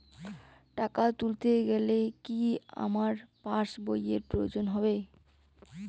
টাকা তুলতে গেলে কি আমার পাশ বইয়ের প্রয়োজন হবে?